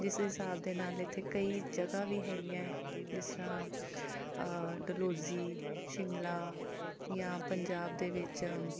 ਜਿਸ ਹਿਸਾਬ ਦੇ ਨਾਲ ਇੱਥੇ ਕਈ ਜਗ੍ਹਾ ਵੀ ਹੈਗੀਆਂ ਜਿਸ ਤਰ੍ਹਾਂ ਡਲਹੌਜ਼ੀ ਸ਼ਿਮਲਾ ਜਾਂ ਪੰਜਾਬ ਦੇ ਵਿੱਚ